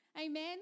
Amen